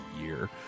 year